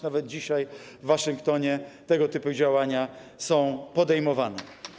Nawet dzisiaj w Waszyngtonie tego typu działania są podejmowane.